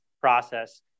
process